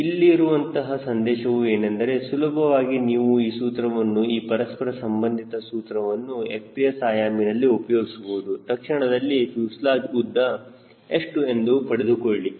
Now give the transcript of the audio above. ಇಲ್ಲಿರುವಂತಹ ಸಂದೇಶವು ಏನೆಂದರೆ ಸುಲಭವಾಗಿ ನೀವು ಈ ಸೂತ್ರವನ್ನು ಈ ಪರಸ್ಪರ ಸಂಬಂಧಿತ ಸೂತ್ರವನ್ನು FPS ಆಯಾಮನಲ್ಲಿ ಉಪಯೋಗಿಸಬಹುದು ತಕ್ಷಣದಲ್ಲಿ ಫ್ಯೂಸೆಲಾಜ್ ಉದ್ದ ಎಷ್ಟು ಎಂದು ಪಡೆದುಕೊಳ್ಳಿ